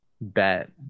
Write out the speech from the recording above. Bet